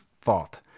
fault